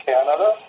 Canada